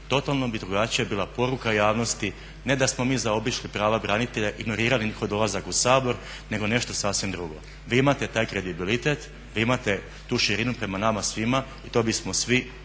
totalno bi drugačija bila poruka javnosti. Ne da smo mi zaobišli prava branitelja i ignorirali njihov dolazak u Sabor nego nešto sasvim drugo. Vi imate taj kredibilitet, vi imate tu širinu prema nama svima i to bismo svi